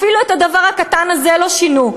אפילו את הדבר הקטן הזה לא שינו.